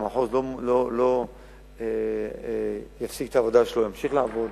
המחוז לא יפסיק את העבודה שלו וימשיך לעבוד.